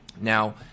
Now